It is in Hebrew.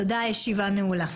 תודה, הישיבה נעולה.